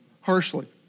harshly